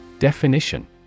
Definition